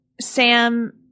Sam